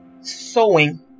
sewing